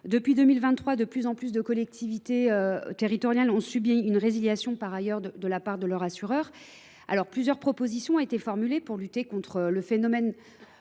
depuis 2023, de plus en plus de collectivités territoriales ont subi la résiliation unilatérale de leur contrat de la part de leur assureur. Plusieurs propositions ont été formulées pour lutter contre le phénomène